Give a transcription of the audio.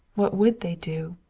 what would they do?